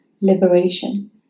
liberation